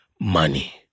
money